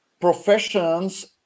professions